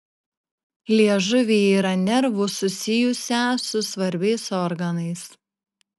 liežuvyje yra nervų susijusią su svarbiais organais